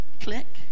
click